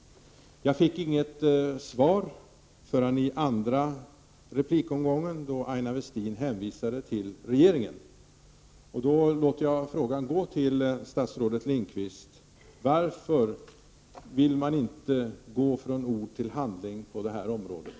Jag fick inget svar förrän i den andra replikomgången, då Aina Westin hänvisade till regeringen. Jag låter därför frågan gå till statsrådet Lindqvist: Varför vill man inte gå från ord till handling på det här området?